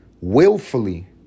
willfully